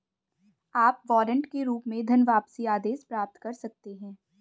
आप वारंट के रूप में धनवापसी आदेश प्राप्त कर सकते हैं